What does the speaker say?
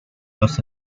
los